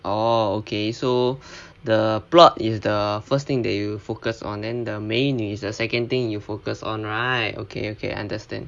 orh okay so the plot is the first thing that you focus on then the 美女 is the second thing you focus on right okay okay understand